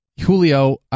Julio